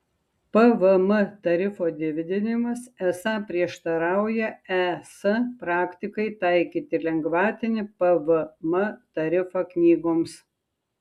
pvm tarifo didinimas esą prieštarauja es praktikai taikyti lengvatinį pvm tarifą knygoms